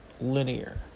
linear